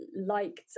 liked